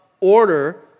order